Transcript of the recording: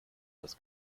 das